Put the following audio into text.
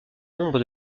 nombre